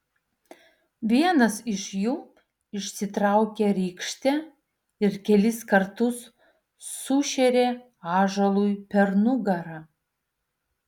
vienas iš jų išsitraukė rykštę ir kelis kartus sušėrė ąžuolui per nugarą